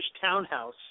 townhouse